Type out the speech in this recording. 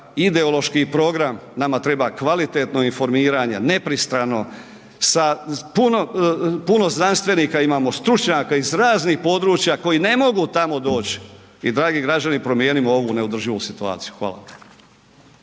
ideološki program, nama treba kvalitetno informiranje, nepristrano sa puno, puno znanstvenika imamo, stručnjaka iz raznih područja koji ne mogu tamo doći i dragi građani promijenimo ovu neodrživu situaciju. Hvala.